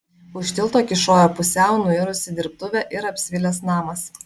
už tilto kyšojo pusiau nuirusi dirbtuvė ir apsvilęs namas